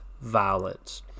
violence